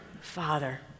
Father